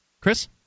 Chris